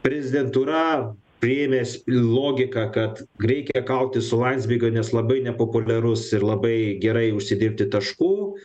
prezidentūra rėmės į logiką kad reikia kautis su landsbergiu nes labai nepopuliarus ir labai gerai užsidirbti taškų